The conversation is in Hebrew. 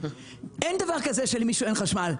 אין דבר כזה שלמישהו אין חשמל.